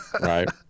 Right